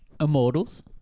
Immortals